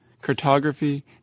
Cartography